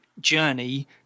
journey